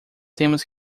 temos